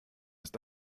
ist